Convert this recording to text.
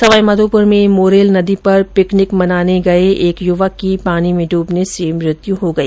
सवाईमाधोपुर में मोरेल नदी पर पिकनिक मनाने आये युवक की पानी में डूबने से मृत्यु हो गई